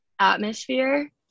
atmosphere